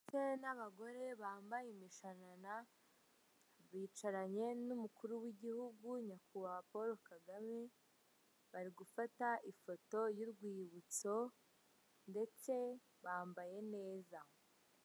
Ndetse n'abagore bambaye imishanana bicaranye n'umukuru w'igihugu nyakubahwa Paul Kagame , bari gufata ifoto y'urwibutso, ndetse bambaye neza.